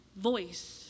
voice